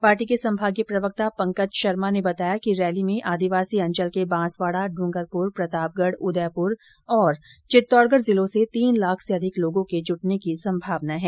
party के संभागीय प्रवक्ता पंकज शर्मा ने बताया कि रैली में आदिवासी अंचल के बांसवाडा डूंगरपुर प्रतापगढ उदयपुर और चित्तौडगढ जिलों से तीन लाख से अधिक लोगों के जुटने की संभावना हैं